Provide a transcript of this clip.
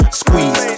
squeeze